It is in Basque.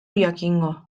jakingo